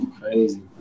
crazy